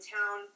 town